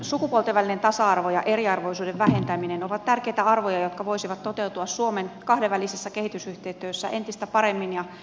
sukupuolten välinen tasa arvo ja eriarvoisuuden vähentäminen ovat tärkeitä arvoja jotka voisivat toteutua suomen kahdenvälisessä kehitysyhteistyössä entistä paremmin ja tuloksellisemmin